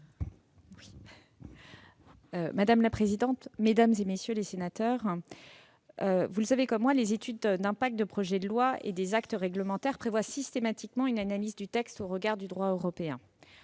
Mme la secrétaire d'État. Monsieur le sénateur, vous le savez comme moi, les études d'impact des projets de loi et des actes réglementaires prévoient systématiquement une analyse du texte au regard du droit européen.